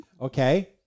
okay